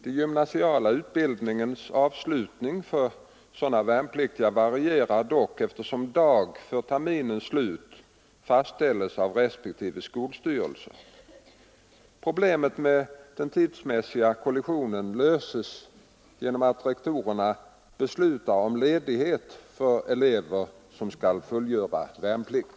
Den gymnasiala utbildningens avslutning för sådana värnpliktiga varierar dock, eftersom dag för terminens slut fastställes av respektive skolstyrelse. Problemet med den tidsmässiga kollisionen löses genom att rektorerna beslutar om ledighet för elever som skall fullgöra värnplikt.